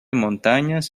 montañas